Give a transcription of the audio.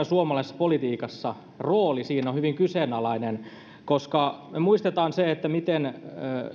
suomalaisessa politiikassa hänen roolinsa siinä on hyvin kyseenalainen me muistamme sen miten